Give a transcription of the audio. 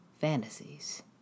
fantasies